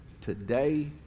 today